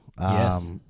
Yes